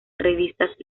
revistas